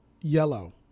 yellow